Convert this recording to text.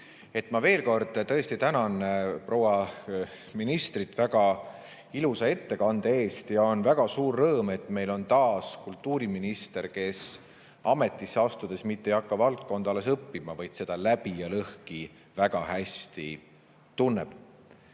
Ma veel kord tänan proua ministrit väga ilusa ettekande eest. On väga suur rõõm, et meil on taas kultuuriminister, kes ametisse astudes mitte ei hakka valdkonda alles õppima, vaid seda läbi ja lõhki